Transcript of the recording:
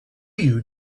you